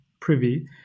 Privy